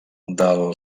del